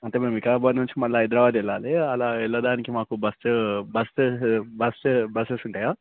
అంటే మేము వికారాబాదు నుంచి మళ్ళీ హైదరాబాదు వెళ్ళాలి అలా వెళ్ళడానికి మాకు బస్సు బస్సు బస్సు బసెస్ ఉంటాయా